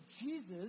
Jesus